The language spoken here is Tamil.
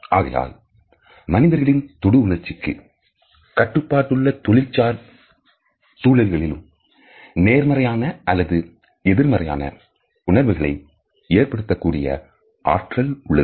ஆகையால் மனிதர்களின் தொடு உணர்ச்சிக்கு கட்டுப்பாடுள்ள தொழில்சார் சூழல்களிலும் நேர்மறையான அல்லது எதிர்மறையான உணர்வுகளை ஏற்படுத்தக்கூடிய ஆற்றல் உள்ளது